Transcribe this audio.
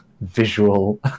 visual